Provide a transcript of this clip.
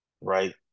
right